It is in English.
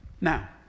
Now